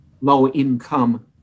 low-income